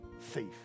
Thief